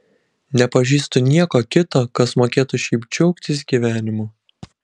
nepažįstu nieko kito kas mokėtų šiaip džiaugtis gyvenimu